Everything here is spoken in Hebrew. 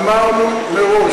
אמרנו מראש.